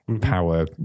power